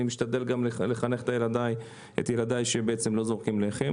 אני משתדל גם לחנך את ילדיי שלא זורקים לחם.